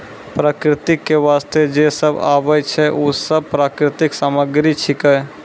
प्रकृति क वास्ते जे सब आबै छै, उ सब प्राकृतिक सामग्री छिकै